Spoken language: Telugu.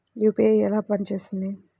యూ.పీ.ఐ ఎలా పనిచేస్తుంది?